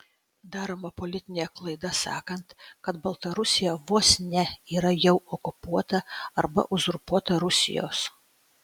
daroma politinė klaida sakant kad baltarusija vos ne yra jau okupuota arba uzurpuota rusijos